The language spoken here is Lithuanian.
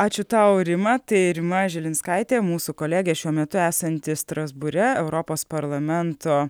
ačiū tau rima tai rima žilinskaitė mūsų kolegė šiuo metu esanti strasbūre europos parlamento